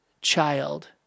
child